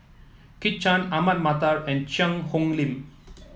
Kit Chan Ahmad Mattar and Cheang Hong Lim